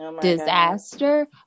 disaster